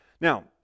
Now